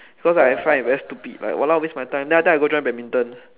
cause I find it very stupid like !walao! waste my time then after that I join badminton